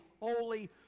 holy